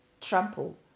trample